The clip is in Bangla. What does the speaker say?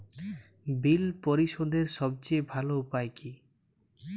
বিল পরিশোধের সবচেয়ে ভালো উপায় কী?